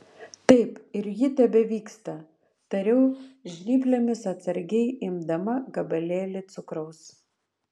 taip ir ji tebevyksta tariau žnyplėmis atsargiai imdama gabalėlį cukraus